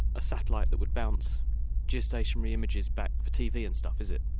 a satellite that would bounce geostationary images back for tv and stuff, is it?